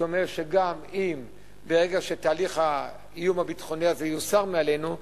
שאומר שגם אם האיום הביטחוני הזה יוסר מעלינו,